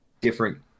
different